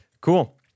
Cool